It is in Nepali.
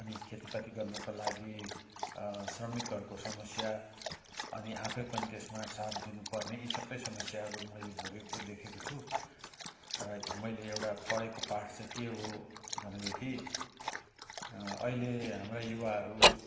अनि खेतीपाती गर्नको लागि श्रमिकहरूको समस्या अनि आफै पनि त्यसमा साथ दिनुपर्ने यी सबै समस्याहरू मैले भोगेको देखेको छु र मैले एउटा पढेको पाठ चाहिँ के हो भनेदेखि अहिले हाम्रा युवाहरू